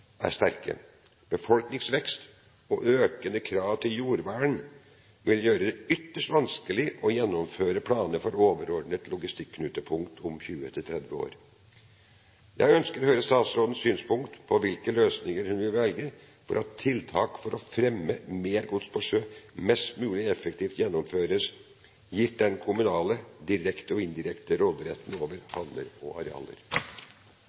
Befolkningsvekst og økende krav til jordvern vil gjøre det ytterst vanskelig å gjennomføre planer for overordnede logistikknutepunkt om 20–30 år. Jeg ønsker å høre statsrådens synspunkt på hvilke løsninger hun vil velge for at tiltak for å fremme at målet om mer gods på sjø mest mulig effektivt gjennomføres, gitt den kommunale direkte og indirekte råderetten over havner og arealer.